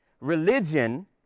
Religion